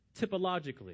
typologically